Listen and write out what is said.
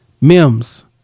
Mims